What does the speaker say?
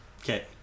Okay